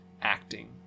acting